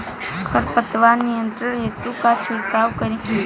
खर पतवार नियंत्रण हेतु का छिड़काव करी?